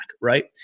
right